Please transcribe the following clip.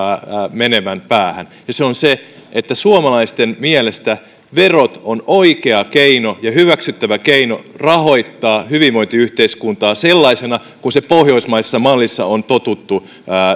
menevän päähän ja se on se että suomalaisten mielestä verot on oikea keino ja hyväksyttävä keino rahoittaa hyvinvointiyhteiskuntaa sellaisena kuin se pohjoismaisessa mallissa on totuttu